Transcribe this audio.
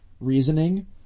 reasoning